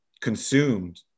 consumed